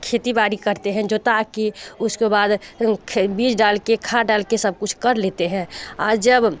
खेती बाड़ी करते हैं जोता के उसको बाद बीज डाल के खाद डाल के सब कुछ कर लेते हैं और जब